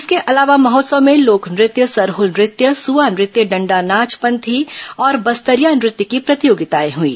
इसके अलावा महोत्सव में लोक नृत्य सरहल नृत्य सुआ नृत्य डंडा नाच पंथी और बस्तरिया नृत्य की प्रतियोगिता हुई